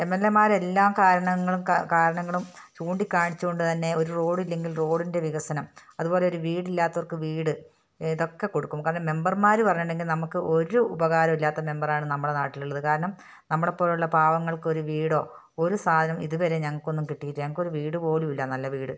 M എൽ എമാരെല്ലാം കാരണങ്ങളും കാരണങ്ങളും ചൂണ്ടിക്കാണിച്ചുകൊണ്ടുതന്നെ ഒരു റോഡില്ലെങ്കിൽ റോഡിൻ്റെ വികസനം അതുപോലെ ഒരു വീടില്ലാത്തവർക്കു വീട് ഇതൊക്കെ കൊടുക്കും കാരണം മെംബര്മാര് പറഞ്ഞിട്ടുണ്ടെങ്കില് നമുക്ക് ഒരു ഉപകാരവും ഇല്ലാത്ത മെംബറാണ് നമ്മുടെ നാട്ടിലുള്ളത് കാരണം നമ്മളെപ്പോലുള്ള പാവങ്ങൾക്കൊരു വീടോ ഒരു സാധനം ഇതുവരെ ഞങ്ങക്കൊന്നും കിട്ടിയിട്ടില്ല ഞങ്ങള്ക്കൊരു വീടു പോലും ഇല്ല നല്ല വീട്